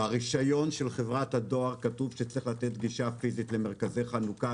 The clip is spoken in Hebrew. ברישיון של חברת הדואר כתוב שצריך לתת גישה פיזית למרכזי חלוקה,